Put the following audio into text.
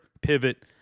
pivot